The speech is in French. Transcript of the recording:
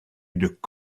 une